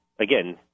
again